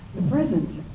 the prisons.